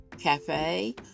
cafe